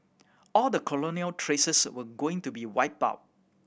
all the colonial traces were going to be wiped out